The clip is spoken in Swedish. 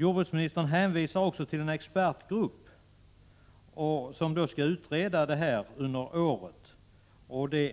Jordbruksministern hänvisar till en expertgrupp som skall utreda saken under året. Vore det